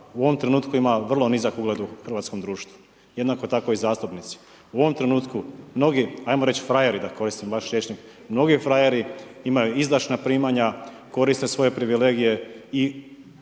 u ovom trenutku ima vrlo nizak ugled u hrvatskom društvu, jednako tako i zastupnici. U ovom trenutku mnogi, ajmo reći frajeri, da koristim vaš rječnik, mnogi frajeri imaju izdašna primanja, koriste svoje privilegije i